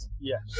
Yes